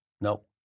Nope